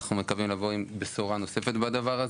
אנחנו מקווים לבוא עם בשורה נוספת בדבר הזה.